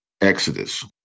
Exodus